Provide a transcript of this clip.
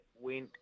went